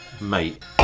Mate